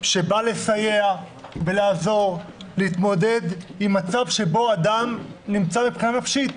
שבא לסייע ולעזור להתמודד עם מצב שבו אדם נמצא במצוקה מבחינה נפשית